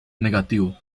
negativo